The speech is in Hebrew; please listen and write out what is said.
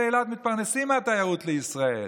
תושבי אילת מתפרנסים מהתיירות בישראל.